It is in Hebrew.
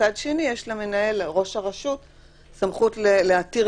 --- מצד שני יש לראש הרשות סמכות להתיר